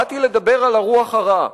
באתי לדבר על הרוח הרעה,